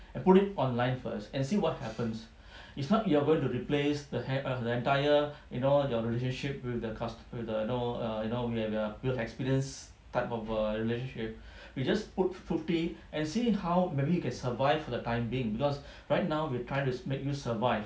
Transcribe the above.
and put it online first and see what happens it's not you are going to replace the the entire you know your relationship with the customer with the you know err you know we are the experience type of a relationship we just put fifty and see how maybe you can survive for the time being because right now we are trying to make you survive